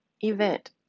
event